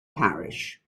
parish